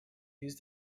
use